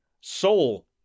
soul